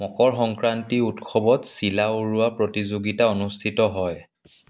মকৰ সংক্ৰান্তি উৎসৱত চিলা উৰোৱা প্ৰতিযোগিতা অনুষ্ঠিত হয়